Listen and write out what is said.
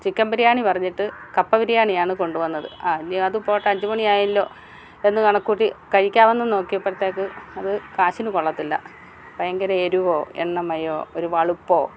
chicken biryani പറഞ്ഞിട്ട് കപ്പ ബിരിയാണി ആണ് കൊണ്ടു വന്നത് അയ്യോ അതുപോട്ടെ അഞ്ചു മണിയായല്ലോ എന്ന് കണക്കു കൂട്ടി കഴിക്കാമെന്ന് നോക്കിയപ്പോഴത്തേക്ക് അത് കാശിന് കൊള്ളത്തില്ല ഭയങ്കര എരിവോ എണ്ണമയോ ഒരു വളുപ്പോ